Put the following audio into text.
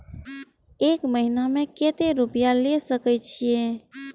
एक महीना में केते रूपया ले सके छिए?